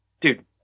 dude